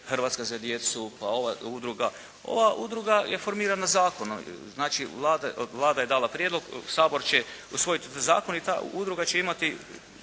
"Hrvatska za djecu" pa ova udruga. Ova udruga je formirana zakonom. Znači, Vlada je dala prijedlog, Sabor će usvojiti zakon i ta udruga će imati